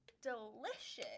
delicious